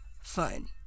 fun